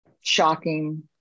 shocking